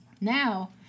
now